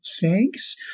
thanks